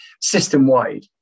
system-wide